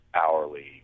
hourly